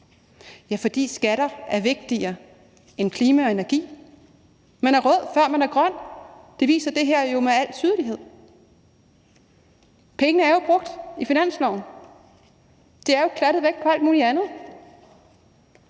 Ja, fordi skatter er vigtigere end klima og energi. Man er rød, før man er grøn – det viser det her med al tydelighed. Pengene er jo brugt i finansloven; de er klattet væk på alt muligt andet.